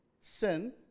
sin